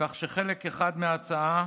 כך שחלק אחד מההצעה